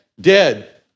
dead